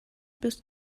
bis